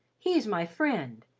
he's my friend.